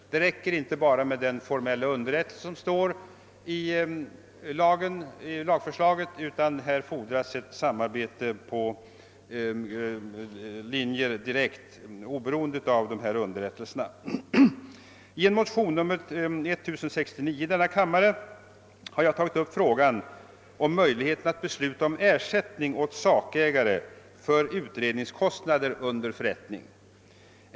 Det räcker inte med bara de underrättelser som stadgas i lagförslaget, utan här fordras ett direkt samarbete oberoende av underrättelserna. I en motion, II: 1969, har jag tagit upp frågan om möjligheterna att besluta om ersättning åt sakägare för utredningskostnader vid förrättning.